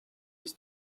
ist